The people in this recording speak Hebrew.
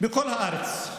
בכל הארץ,